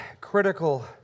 critical